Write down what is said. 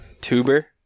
Tuber